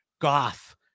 goth